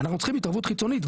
אנחנו צריכים התערבות חיצונית,